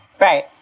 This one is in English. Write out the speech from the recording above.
Right